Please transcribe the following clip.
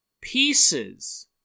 pieces